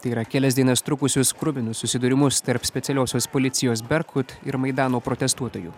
tai yra kelias dienas trukusius kruvinus susidūrimus tarp specialiosios policijos berkut ir maidano protestuotojų